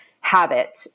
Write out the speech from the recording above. habit